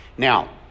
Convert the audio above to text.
Now